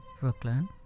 Brooklyn